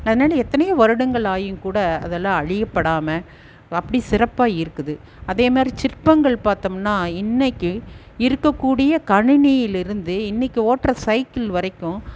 அதனால எத்தனையோ வருடங்கள் ஆகியும் கூட அதெல்லாம் அழியப்படாமல் அப்படி சிறப்பாக இருக்குது அதே மாதிரி சிற்பங்கள் பார்த்தம்னா இன்னிக்கு இருக்கக்கூடிய கணினியிலிருந்து இன்னிக்கு ஓட்டுகிற சைக்கிள் வரைக்கும்